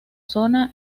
zona